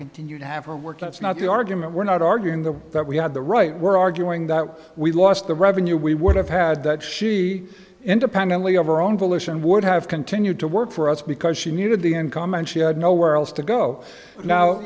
continue to have her work that's not the argument we're not arguing the that we have the right we're arguing that we lost the revenue we would have had that she independently of her own volition would have continued to work for us because she needed the income and she had nowhere else to go now